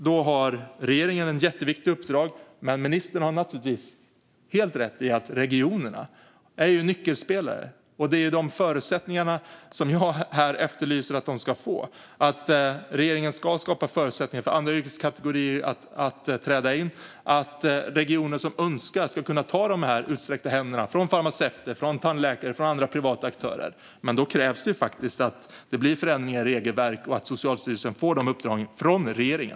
Där har regeringen ett jätteviktigt uppdrag, men ministern har naturligtvis helt rätt i att regionerna är nyckelspelare. Det jag efterlyser är att de ska få förutsättningar för detta, att regeringen ska skapa förutsättningar för andra yrkeskategorier att träda in och att regioner som önskar det ska kunna ta de utsträckta händerna från farmaceuter, tandläkare och andra privata aktörer. Men då krävs förändringar i regelverk och att Socialstyrelsen får det uppdraget från regeringen.